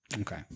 Okay